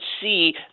see